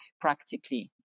practically